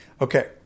Okay